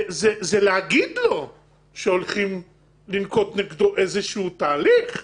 זה להגיד לו שהולכים לנקוט נגדו איזה שהוא תהליך.